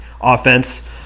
offense